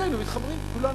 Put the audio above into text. לזה היינו מתחברים כולנו.